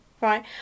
Right